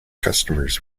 customers